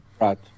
Right